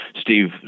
Steve